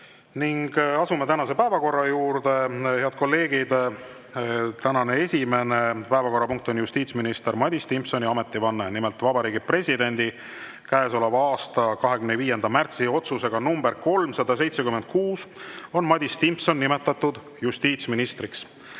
Asume tänase päevakorra juurde. Head kolleegid, tänane esimene päevakorrapunkt on justiitsminister Madis Timpsoni ametivanne. Nimelt, Vabariigi Presidendi käesoleva aasta 25. märtsi otsusega nr 376 on Madis Timpson nimetatud justiitsministriks.